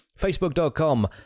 Facebook.com